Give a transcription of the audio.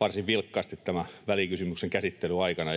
varsin vilkkaasti tämän välikysymyksen käsittelyn aikana.